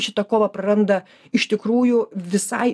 šitą kovą praranda iš tikrųjų visai